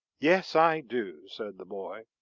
yes, i do, said the boy.